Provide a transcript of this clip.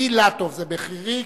זה בחיריק.